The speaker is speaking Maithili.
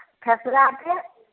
खेसराके